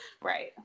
Right